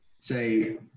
say